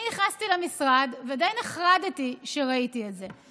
אני נכנסתי למשרד ודי נחרדתי כשראיתי את זה.